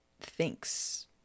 thinks